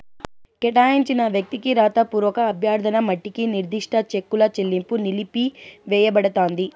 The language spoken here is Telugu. కేటాయించిన వ్యక్తికి రాతపూర్వక అభ్యర్థన మట్టికి నిర్దిష్ట చెక్కుల చెల్లింపు నిలిపివేయబడతాంది